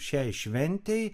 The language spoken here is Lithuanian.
šiai šventei